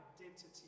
identity